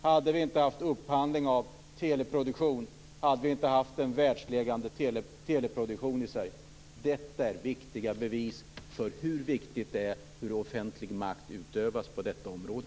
Om vi inte hade haft upphandling av teleproduktion, hade vi inte fått en världsledande teleproduktion i Sverige. Det är viktiga bevis för betydelsen av utövandet av den offentliga makten på detta område.